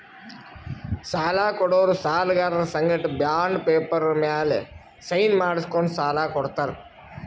ಸಾಲ ಕೊಡೋರು ಸಾಲ್ಗರರ್ ಸಂಗಟ ಬಾಂಡ್ ಪೇಪರ್ ಮ್ಯಾಲ್ ಸೈನ್ ಮಾಡ್ಸ್ಕೊಂಡು ಸಾಲ ಕೊಡ್ತಾರ್